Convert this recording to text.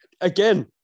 Again